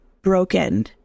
broken